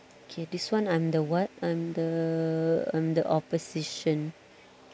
okay this one I'm the what I'm the I'm the opposition